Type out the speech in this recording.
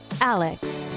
Alex